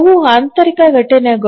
ಅವು ಆಂತರಿಕ ಘಟನೆಗಳು